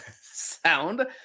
sound